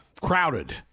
crowded